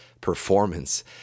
performance